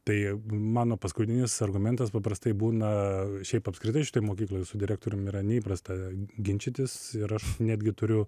tai mano paskutinis argumentas paprastai būna šiaip apskritai šitoj mokykloj su direktorium yra neįprasta ginčytis ir aš netgi turiu